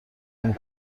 نمی